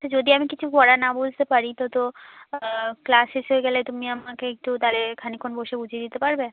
যদি আমি কিছু পড়া না বুঝতে পারি তো তো ক্লাস শেষ হয়ে গেলে তুমি আমাকে একটু তাহলে খানিক্ষণ বসে বুঝিয়ে দিতে পারবে